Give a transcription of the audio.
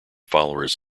followers